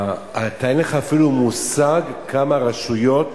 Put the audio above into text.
אין לך אפילו מושג כמה רשויות